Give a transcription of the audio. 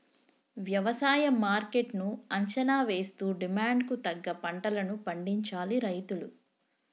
వ్యవసాయ మార్కెట్ ను అంచనా వేస్తూ డిమాండ్ కు తగ్గ పంటలను పండించాలి రైతులు